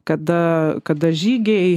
kada kada žygiai